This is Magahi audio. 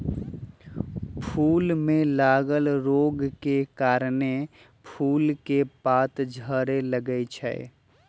फूल में लागल रोग के कारणे फूल के पात झरे लगैए छइ